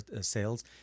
sales